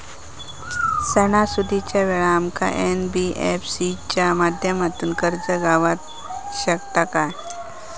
सणासुदीच्या वेळा आमका एन.बी.एफ.सी च्या माध्यमातून कर्ज गावात शकता काय?